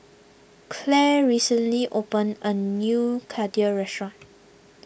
Clare recently opened a new Kheer restaurant